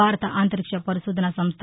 భారత అంతరిక్ష పరిశోధనా సంస్ద